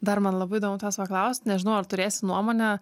dar man labai idomu tavęs paklaust nežinau ar turėsi nuomonę